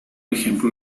ejemplo